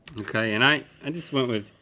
okay, and i and just went with,